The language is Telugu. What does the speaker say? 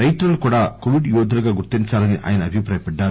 రైతులను కూడా కోవిడ్ యోధులుగా గుర్తించాలని ఆయన అభిప్రాయపడ్డారు